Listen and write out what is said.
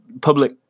public